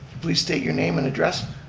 please state your name and address.